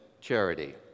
charity